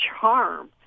charm